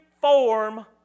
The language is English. form